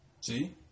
See